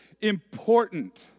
important